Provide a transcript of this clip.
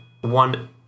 one